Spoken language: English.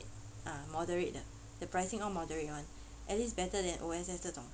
ah moderate ah the pricing all moderate [one] at least better than O_S_S 这种